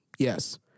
Yes